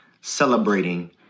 celebrating